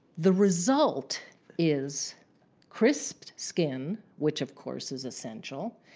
the result is crisp skin, which of course is essential,